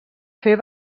fer